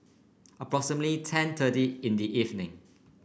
approximately ten thirty in the evening